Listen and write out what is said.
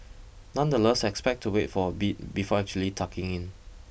nonetheless expect to wait for a bit before actually tucking in